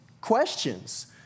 questions